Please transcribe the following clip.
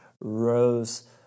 rose